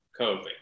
COVID